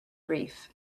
grief